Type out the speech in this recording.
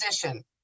position